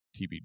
TBD